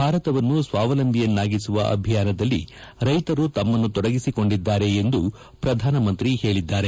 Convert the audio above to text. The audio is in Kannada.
ಭಾರತವನ್ನು ಸ್ವಾವಲಂಬಿಯನ್ನಾಗಿಸುವ ಅಭಿಯಾನದಲ್ಲಿ ರೈತರು ತಮ್ಮನ್ನು ತೊಡಗಿಸಿಕೊಂಡಿದ್ದಾರೆ ಎಂದು ಪ್ರಧಾನಮಂತ್ರಿ ಹೇಳಿದ್ದಾರೆ